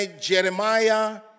Jeremiah